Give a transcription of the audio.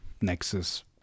Nexus